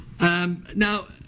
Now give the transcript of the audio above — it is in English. Now